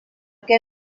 què